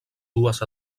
dues